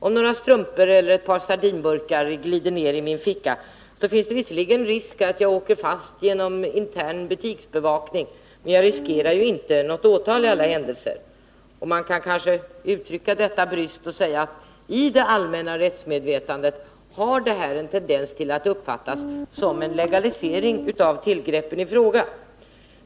Om några strumpor eller ett par sardinburkar glider ner i min ficka, finns det vissligen risk att jag åker fast genom intern butiksbevakning, men jag riskerar i alla händelser inte något åtal. Och man kan kanske uttrycka detta bryskt och säga, att den här förändringen av värdegränsen i det allmänna rättsmedvetandet tenderar att uppfattas som en legalisering av tillgreppen i fråga.